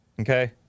Okay